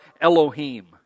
Elohim